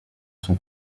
son